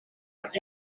dat